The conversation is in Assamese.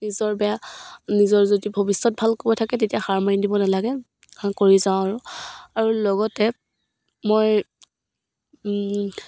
নিজৰ বেয়া নিজৰ যদি ভৱিষ্যত ভাল কৰিব থাকে তেতিয়া হাৰ মানি দিব নালাগে কৰি যাওঁ আৰু আৰু লগতে মই